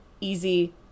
easy